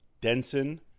Denson